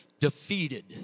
defeated